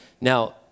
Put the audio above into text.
Now